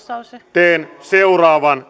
teen seuraavan